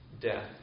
death